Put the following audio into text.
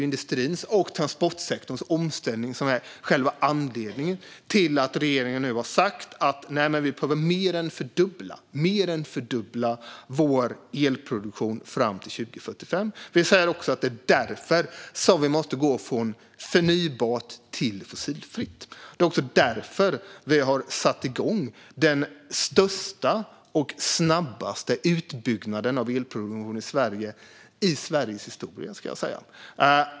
Industrins och transportsektorns omställning är själva anledningen till att regeringen har sagt att Sverige behöver mer än fördubbla sin elproduktion fram till 2045, och det är också därför Sverige måste gå från förnybart till fossilfritt. Därför har vi satt igång den största och snabbaste utbyggnaden av elproduktion i Sveriges historia.